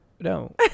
No